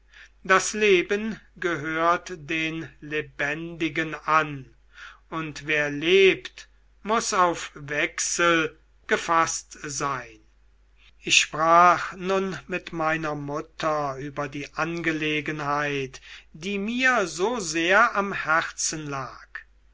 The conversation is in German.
das leben gehört den lebendigen an und wer lebt muß auf wechsel gefaßt sein ich sprach nun mit meiner mutter über die angelegenheit die mir so sehr am herzen lag